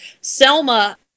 Selma